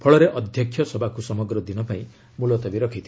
ଫଳରେ ଅଧ୍ୟକ୍ଷ ସଭାକୁ ସମଗ୍ର ଦିନ ପାଇଁ ମୁଲତବୀ ରଖିଥିଲେ